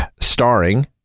starring